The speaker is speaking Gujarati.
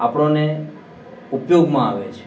આપણને ઉપયોગમાં આવે છે